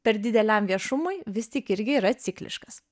per dideliam viešumui vis tik irgi yra cikliškas